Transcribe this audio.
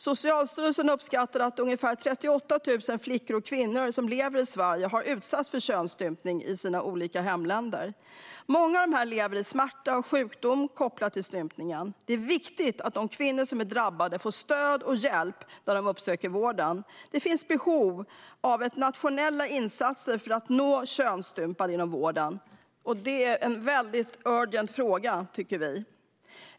Socialstyrelsen uppskattar att ungefär 38 000 flickor och kvinnor som lever i Sverige har utsatts för könsstympning i sina olika hemländer. Många av dessa lever i smärta och sjukdom kopplat till stympningen. Det är viktigt att de kvinnor som är drabbade får stöd och hjälp när de uppsöker vården. Det finns behov av nationella insatser för att nå könsstympade inom vården. Detta är en väldigt urgent fråga, tycker vi.